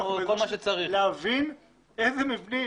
הוא צריך להבין איזה מבנים.